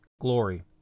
glory